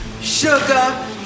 Sugar